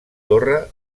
torre